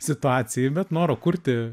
situacijai bet noro kurti